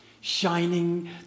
shining